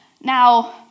Now